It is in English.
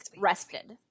rested